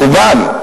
מקובל?